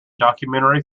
documentary